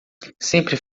sempre